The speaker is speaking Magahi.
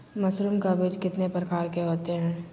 मशरूम का बीज कितने प्रकार के होते है?